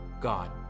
God